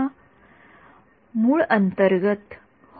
विद्यार्थी मूळ अंतर्गत हो